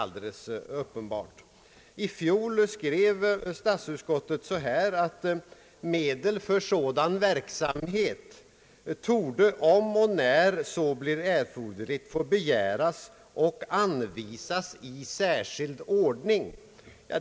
I fjol skrev statsutskottet att medel för sådan verksamhet torde, om och när så blir erforderligt, få begäras och anvisas i särskild ordning.